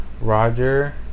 Roger